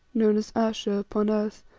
known as ayesha upon earth,